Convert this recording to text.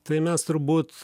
tai mes turbūt